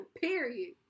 Period